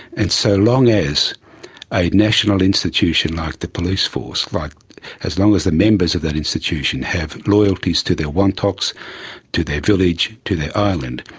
and so long as a national institution like the police force, like as long as the members of that institution have loyalties to their wontoks, to their village, to their island,